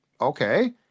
okay